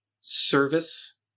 Service